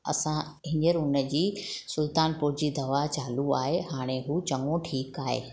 असां हींअर हुनजी सुल्तानपुर जी दवा चालू आहे हाणे हू चङो ठीक आहे